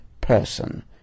person